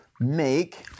make